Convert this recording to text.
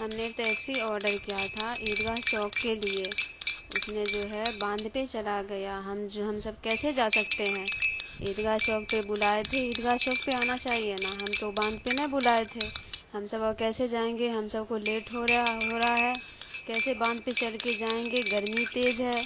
ہم نے taxi order کیا تھا عید گاہ چوک کے لیے اس نے جو ہے باندھ پہ چلا گیا ہم ہم سب کیسے جا سکتے ہیں عید گاہ چوک پہ بلائے تھے عید گاہ چوک پہ آنا چاہیے نا ہم تو باندھ پہ نہ بلائے تھے ہم سب کیسے جائیں گے ہم سب کو لیٹ ہو رہا ہے ہو رہا ہے کیسے باندھ پہ چڑھ کے جائیں گے گرمی تیز ہے